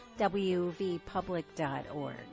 wvpublic.org